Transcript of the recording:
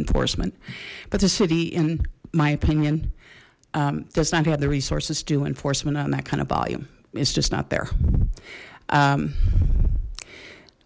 enforcement but the city in my opinion does not have the resources do enforcement and that kind of volume it's just not there